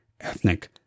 ethnic